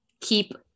keep